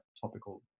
topical